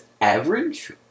average